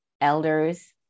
elders